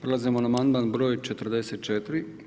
Prelazimo na amandman br. 44.